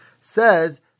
says